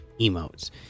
emotes